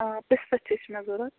پِستہٕ تہِ چھِ مےٚ ضوٚرتھ